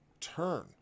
Turn